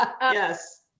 Yes